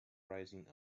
rising